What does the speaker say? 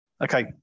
Okay